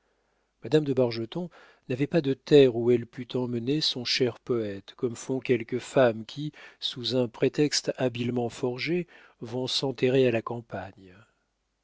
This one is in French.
madame de bargeton n'avait pas de terre où elle pût emmener son cher poète comme font quelques femmes qui sous un prétexte habilement forgé vont s'enterrer à la campagne